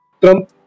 Trump